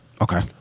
Okay